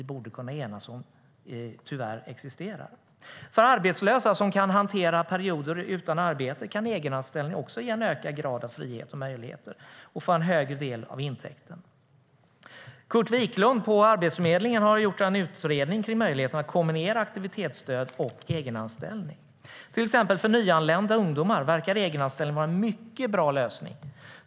Det borde vi kunna enas om. För arbetslösa som kan hantera perioder utan arbete kan egenanställning också ge en ökad grad av frihet och möjligheter att få en större andel av intäkten. Curt Wiklund på Arbetsförmedlingen har gjort en utredning av möjligheten att kombinera aktivitetsstöd och egenanställning. För exempelvis nyanlända ungdomar verkar egenanställning vara en mycket bra lösning.